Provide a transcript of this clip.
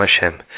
Hashem